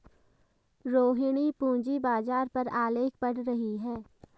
रोहिणी पूंजी बाजार पर आलेख पढ़ रही है